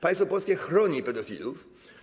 Państwo polskie chroni pedofilów.